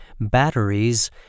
batteries